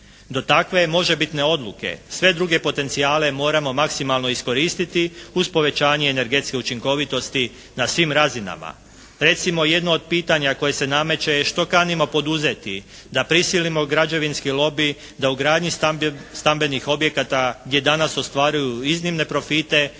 Do takve možebitne odluke sve druge potencijale moramo maksimalno iskoristiti uz povećanje energetske učinkovitosti na svim razinama. Recimo jedno od pitanja koje se nameće je što kanimo poduzeti da prisilimo građevinski lobij da u gradnji stambenih objekata gdje danas ostvaruju iznimne profite